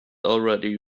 already